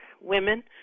women